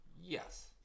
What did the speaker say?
Yes